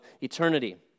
eternity